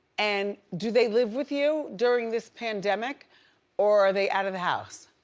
and do they live with you during this pandemic or are they out of the house?